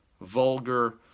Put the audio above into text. vulgar